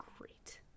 great